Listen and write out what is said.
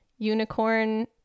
unicorn